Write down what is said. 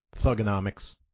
thugonomics